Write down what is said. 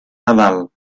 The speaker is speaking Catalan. nadal